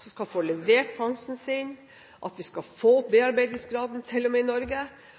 som skal få levert fangsten sin, og vi skal få opp bearbeidingsgraden til og med i Norge.